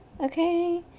okay